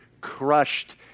crushed